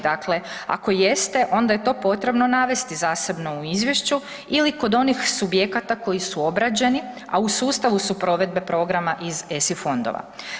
Dakle, ako jeste onda je to potrebno navesti zasebno u izvješću ili kod onih subjekata koji su obrađeni, a u sustavu su provedbe programa iz ESI fondova.